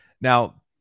Now